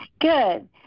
Good